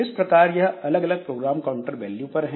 इस प्रकार यह अलग अलग प्रोग्राम काउंटर वैल्यू पर है